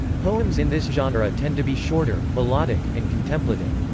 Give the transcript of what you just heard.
poems in this genre tend to be shorter, melodic, and contemplative.